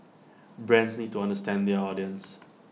brands need to understand their audience